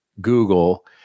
Google